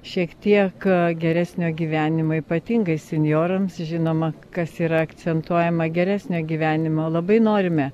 šiek tiek geresnio gyvenimo ypatingai senjorams žinoma kas yra akcentuojama geresnio gyvenimo labai norime